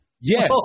yes